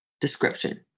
description